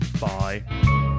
Bye